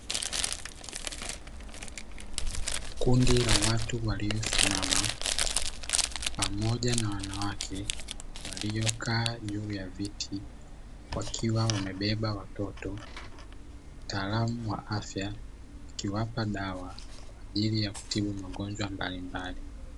Kundi la watu wakisimama pamoja na wanawake waliokaa nyuma ya viti, wakiwa wamebeba watoto, mtaalamu wa afya akiwapa dawa kwa ajili ya kutibu magonjwa mbalimbali.